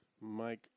Mike